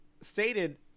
stated